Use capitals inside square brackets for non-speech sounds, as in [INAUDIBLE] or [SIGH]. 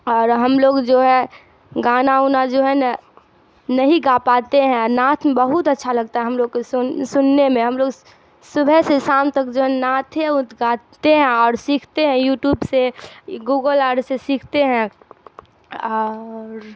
اور ہم لوگ جو ہے گانا ونا جو ہے نا نہیں گا پاتے ہیں نعت بہت اچھا لگتا ہے ہم لوگ کو سن سننے میں ہم لوگ صبح سے شام تک جو ہے نعت [UNINTELLIGIBLE] گاتے ہیں اور سیکھتے ہیں یوٹوب سے گوگل آر سے سیکھتے ہیں اور